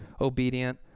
obedient